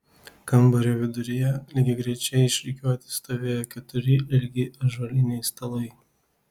kambario viduryje lygiagrečiai išrikiuoti stovėjo keturi ilgi ąžuoliniai stalai